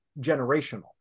generational